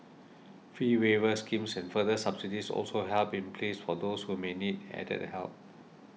fee waiver schemes and further subsidies also have in place for those who may need added help